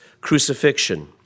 crucifixion